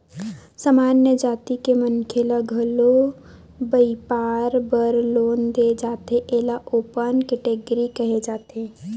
सामान्य जाति के मनखे ल घलो बइपार बर लोन दे जाथे एला ओपन केटेगरी केहे जाथे